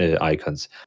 icons